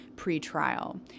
Pre-trial